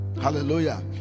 hallelujah